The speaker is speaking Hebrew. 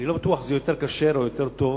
אני לא בטוח שזה יותר כשר או יותר טוב